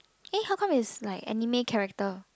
eh how come is like anime character